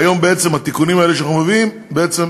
והתיקונים האלה שאנחנו מביאים היום